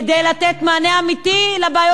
כדי לתת מענה אמיתי לבעיות